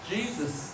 Jesus